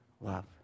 love